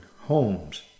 homes